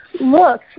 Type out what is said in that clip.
look